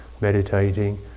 meditating